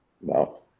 No